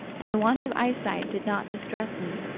and the want of eyesight did not distress me.